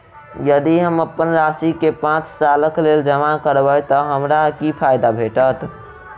यदि हम अप्पन राशि केँ पांच सालक लेल जमा करब तऽ हमरा की फायदा भेटत?